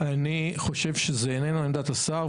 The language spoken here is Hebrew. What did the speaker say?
הוא צריך להוביל את הפרשה,